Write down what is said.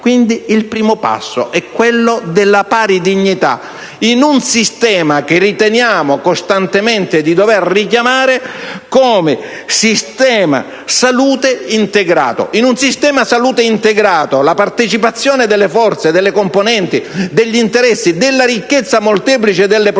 passo è, pertanto, quello della pari dignità in un sistema che riteniamo costantemente di dover richiamare come sistema salute integrato. Un sistema dove la partecipazione delle forze, delle componenti, degli interessi, della ricchezza molteplice delle